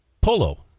polo